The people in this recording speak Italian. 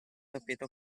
tappeto